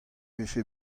vefe